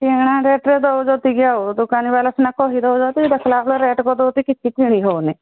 କିଣା ରେଟ୍ରେ ଦେଉଛନ୍ତି ଆଉ ଦୋକାନୀବାଲା ସିନା କହି ଦେଉଛନ୍ତି ଦେଖିଲା ବେଳକୁ ରେଟ୍ କରି ଦେଉଛନ୍ତି କିଛି କିଣି ହେଉନି